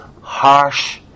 harsh